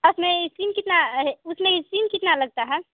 उसमें सिम कितना उसमें सिम कितना है